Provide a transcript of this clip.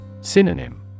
Synonym